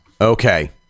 Okay